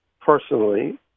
personally